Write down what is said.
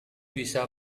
bisa